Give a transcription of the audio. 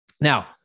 Now